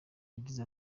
yagize